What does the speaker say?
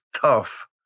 tough